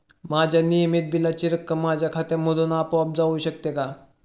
माझ्या नियमित बिलाची रक्कम माझ्या खात्यामधून आपोआप जाऊ शकते का?